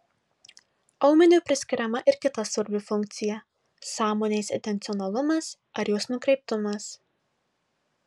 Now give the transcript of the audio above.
aumeniui priskiriama ir kita svarbi funkcija sąmonės intencionalumas ar jos nukreiptumas